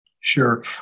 Sure